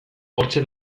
hortxe